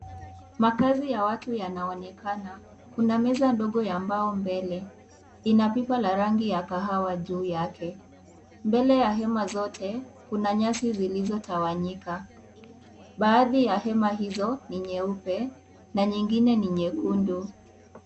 Makazi ya watu yanaonekana , kuna meza ndogo ya mbao mbele ina pipa la rangi ya kahawa juu yake , mbele ya hema zote kuna nyasi zilizotawanyika baadhi ya hema hizo ni nyeupe na nyingine ni nyekundu.